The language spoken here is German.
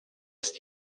ist